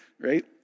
right